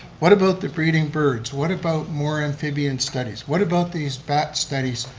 what about the breeding birds? what about more amphibians studies? what about these bat studies?